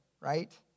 right